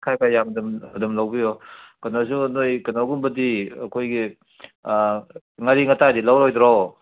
ꯈꯔ ꯈꯔ ꯌꯥꯝ ꯌꯥꯝ ꯑꯗꯨꯝ ꯂꯧꯕꯤꯌꯣ ꯀꯩꯅꯣꯁꯨ ꯅꯣꯏ ꯀꯩꯅꯣꯒꯨꯝꯕꯗꯤ ꯑꯩꯈꯣꯏꯒꯤ ꯉꯥꯔꯤ ꯉꯥꯇꯥꯏꯗꯤ ꯂꯧꯔꯣꯏꯗ꯭ꯔꯣ